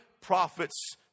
prophets